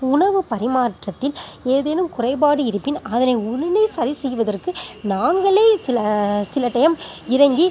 உணவு பரிமாற்றத்தின் ஏதேனும் குறைபாடு இருப்பின் அதனை உடனே சரி செய்வதற்கு நாங்களே சில சில டயம் இறங்கி